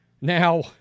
Now